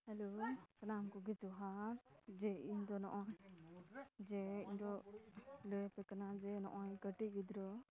hello ᱥᱟᱱᱟᱢ ᱠᱩᱠᱤ ᱡᱚᱦᱟᱨ ᱡᱮ ᱤᱧ ᱫᱚ ᱱᱚᱜᱼᱚᱸᱭ ᱡᱮ ᱤᱧ ᱫᱚ ᱞᱟᱹᱭ ᱟᱯᱮ ᱠᱟᱱᱟ ᱡᱮ ᱱᱚᱜᱼᱚᱸᱭ ᱠᱟᱹᱴᱤᱡ ᱜᱤᱫᱽᱨᱟᱹ